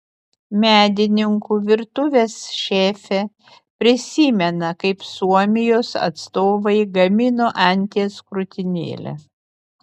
medininkų virtuvės šefė prisimena kaip suomijos atstovai gamino anties krūtinėlę